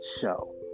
show